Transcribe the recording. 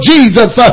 Jesus